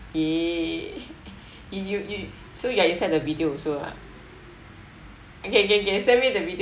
eh you you so you're inside the video also ah okay k k send me the video